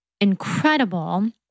incredible